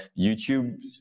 YouTube